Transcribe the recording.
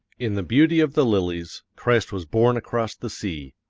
in the beauty of the lilies, christ was born across the sea.